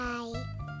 Bye